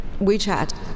WeChat